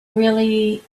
really